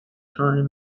time